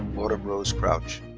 autumn rose crouch.